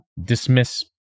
dismiss